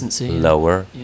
lower